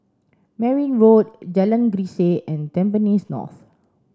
Merryn Road Jalan Grisek and Tampines North